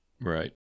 Right